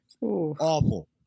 Awful